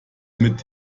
mit